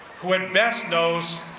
who at best knows,